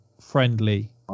Friendly